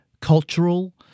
cultural